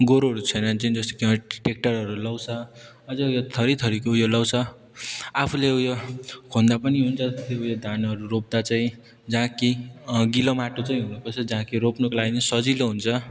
गोरुहरू छैन भने चाहिँ जस्तो कि टेकटरहरू लगाउँछ अझै थरी थरीको उयोहरू लाउँछ आफूले उयो खन्दा पनि हुन्छ त्यो उयो धानहरू रोप्दा चाहिँ जहाँ कि गिलो माटो चाहिँ हुनुपर्छ जहाँ कि रोप्नुको लागि नि सजिलो हुन्छ